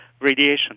radiation